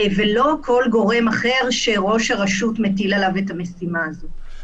ולא כל גורם אחר שראש הרשות מטיל עליו את המשימה הזאת.